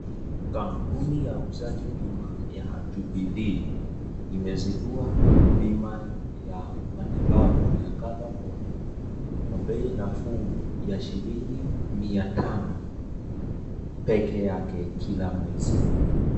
Kampuni ya uuzaji bima Jubilee imezidua bima ya matibabu ya cover bora kwa bei nafuu kwa shilingi mia tano pekee yake kwa kila mwezi.